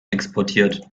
exportiert